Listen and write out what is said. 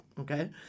okay